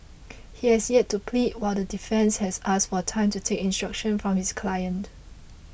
he has yet to plead while the defence has asked for time to take instructions from his client